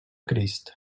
crist